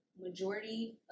majority